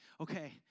okay